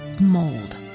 mold